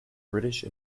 british